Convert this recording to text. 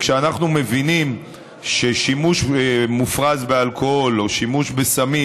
כשאנחנו מבינים ששימוש מופרז באלכוהול או שימוש בסמים